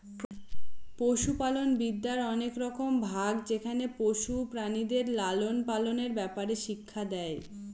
পশুপালনবিদ্যার অনেক রকম ভাগ যেখানে পশু প্রাণীদের লালন পালনের ব্যাপারে শিক্ষা দেয়